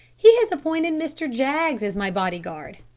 he has appointed mr. jaggs as my bodyguard.